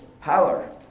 power